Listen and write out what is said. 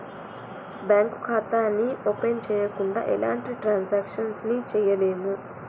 bank ఖాతాని open చెయ్యకుండా ఎలాంటి ట్రాన్సాక్షన్స్ ని చెయ్యలేము